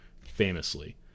famously